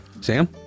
Sam